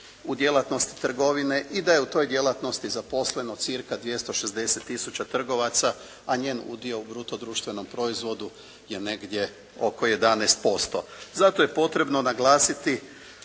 u djelatnosti trgovine i da je u toj djelatnosti zaposleno cca 260 tisuća trgovaca, a njen udio u bruto društvenom proizvodu je negdje oko 11%. Zato je potrebno naglasiti